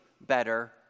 better